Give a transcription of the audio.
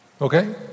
Okay